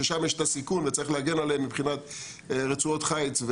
ששם יש את הסיכון וצריך להגן עליהם מבחינת רצועות חיץ,